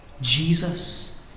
Jesus